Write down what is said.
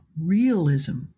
realism